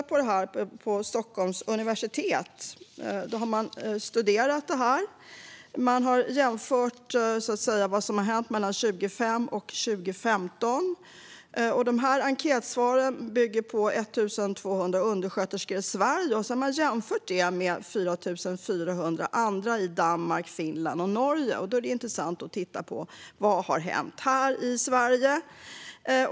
På Stockholms universitet har man studerat detta och jämfört vad som har hänt mellan 2005 och 2015. Studien bygger på enkätsvar från 1 200 undersköterskor i Sverige som jämförts med 4 400 i Danmark, Finland och Norge, och det är intressant att titta på vad som har hänt här i Sverige.